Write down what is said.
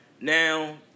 Now